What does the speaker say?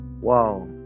Wow